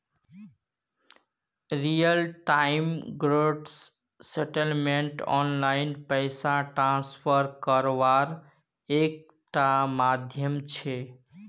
real time gross settlement online पैसा transfer कारवार एक टा माध्यम छे